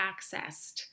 accessed